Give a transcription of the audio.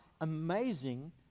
amazing